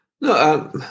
No